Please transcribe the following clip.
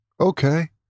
Okay